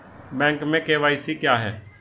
Bank में KYC क्या है?